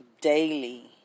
daily